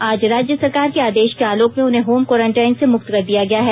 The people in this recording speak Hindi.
आज राज्य सरकार के आदेश के आलोक में उन्हें होम क्वारंटीन से मुक्त कर दिया गया है